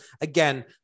again